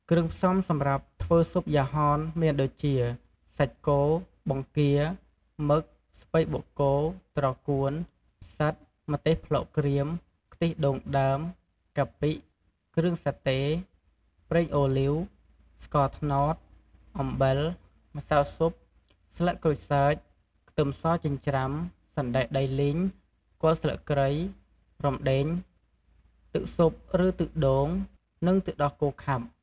គ្រឿងផ្សំសម្រាប់ធ្វើស៊ុបយ៉ាហនមានដូចជា សាច់គោ បង្គា មឹក ស្ពៃបូកគោ ត្រកួន ផ្សិត ម្ទេសប្លោកក្រៀម ខ្ទិះដូងដើម កាពិ គ្រឿងសាតេ ប្រេងអូលីវ ស្ករត្នោត អំបិល ម្សៅស៊ុប ស្លឹកក្រូចសើច ខ្ទឹមសចិញ្ច្រាំ សណ្តែកដីលីង គល់ស្លឹកគ្រៃ រំដេង ទឹកស៊ុបឬទឹកដូង និងទឹកដោះគោខាប់។